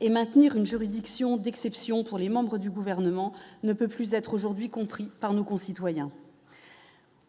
et maintenir une juridiction d'exception pour les membres du gouvernement ne peut plus être aujourd'hui compris par nos concitoyens.